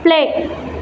play